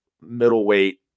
middleweight